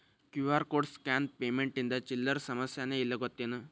QR code scan payment ಇಂದ ಚಿಲ್ಲರ್ ಸಮಸ್ಯಾನ ಇಲ್ಲ ಗೊತ್ತೇನ್?